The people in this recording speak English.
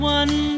one